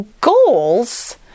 goals